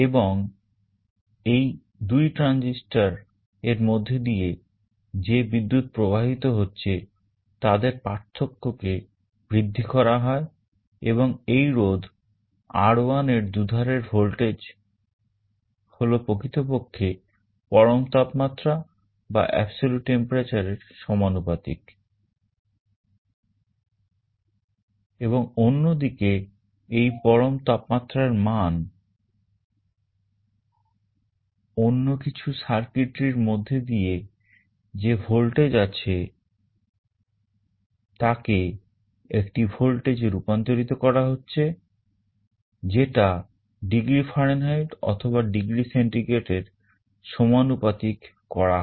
এবং এই 2 transistor এর মধ্য দিয়ে যে বিদ্যুৎ প্রবাহিত হচ্ছে তাদের পার্থক্যকে বৃদ্ধি করা হয় এবং এই রোধ R1 এর দুধারের ভোল্টেজ হল প্রকৃতপক্ষে পরম তাপমাত্রা অন্য কিছু circuitry এর মধ্যে দিয়ে যে ভোল্টেজ আছে তাকে একটি ভোল্টেজে রূপান্তরিত করা হচ্ছে যেটা ডিগ্রী ফারেনহাইট অথবা ডিগ্রি সেন্টিগ্রেডের সমানুপাতিক করা হয়